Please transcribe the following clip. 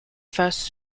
first